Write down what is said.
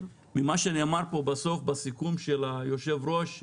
ממה שנאמר פה בסוף בסיכום של היושב-ראש,